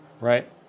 right